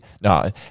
no